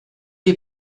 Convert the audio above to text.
est